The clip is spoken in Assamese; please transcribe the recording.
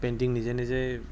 পেইণ্টিং নিজে নিজেই